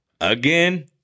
again